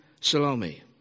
Salome